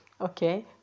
okay